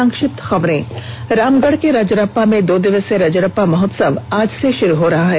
संक्षिप्त खबरें रामगढ़ के रजरप्पा में दो दिवसीय रजरप्पा महोत्सव आज से शुरू हो रहा है